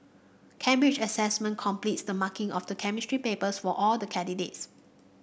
Cambridge Assessment completes the marking of the Chemistry papers for all the candidates